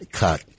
cut